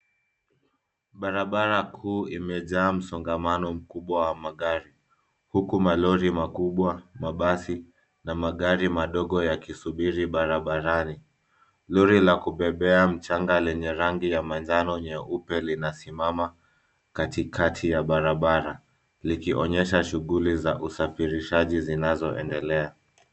Barabara kuu ime jaa msongamano mkubwa ya magari, huku malori makubwa, mabasi na magari madogo yakisubiri barabarani. Lori la kubebea mchanga lenye rangi ya manjano na nyeupe lina simama katikati ya barabara likionyesha shughuli ya usafirishaji zinazo endelea.